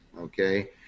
okay